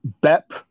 Bep